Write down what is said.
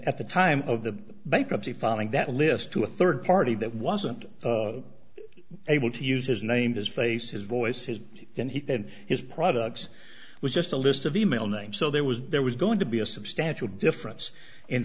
at the time of the bankruptcy filing that list to a rd party that wasn't able to use his name his face his voice his and he had his products was just a list of e mail names so there was there was going to be a substantial difference in